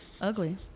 ugly